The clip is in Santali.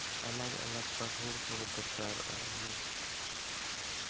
ᱟᱞᱟᱜᱽ ᱟᱞᱟᱜᱽ ᱯᱟᱹᱦᱩᱲ ᱠᱚ ᱫᱚᱨᱠᱟᱨᱚᱜᱼᱟ ᱚᱱᱟ